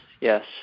yes